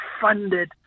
funded